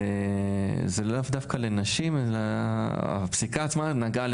זה לאו דווקא לנשים, הפסיקה עצמה נגעה לנשים.